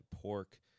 pork